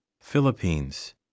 Philippines